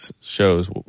shows